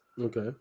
Okay